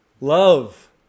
love